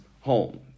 home